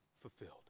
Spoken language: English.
fulfilled